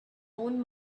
own